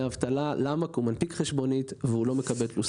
אבטלה כי הוא מנפיק חשבונית ולא מקבל תלוש שכר.